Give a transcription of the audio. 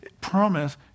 promise